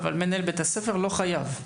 אבל מנהל בית-הספר לא חייב.